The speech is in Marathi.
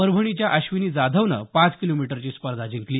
परभणीच्या अश्विनी जाधवनं पाच किलोमीटरची स्पर्धा जिंकली